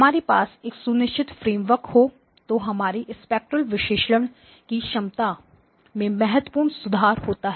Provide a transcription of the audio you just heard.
हमारे पास एक सुनिश्चित फ्रेमवर्क हो तो हमारी स्पेक्ट्रल विश्लेषण की क्षमता में महत्वपूर्ण सुधार होता है